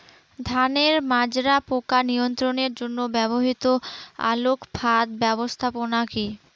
ধানের মাজরা পোকা নিয়ন্ত্রণের জন্য ব্যবহৃত আলোক ফাঁদ ব্যবস্থাপনা কি?